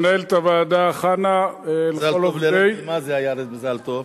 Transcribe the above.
למנהלת הוועדה חנה, למה מזל טוב?